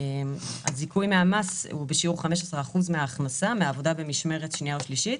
הזיכוי מהמס הוא בשיעור 15% מההכנסה מעבודה במשמרת שנייה או שלישית,